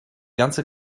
ganze